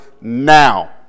now